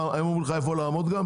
איפה לעמוד?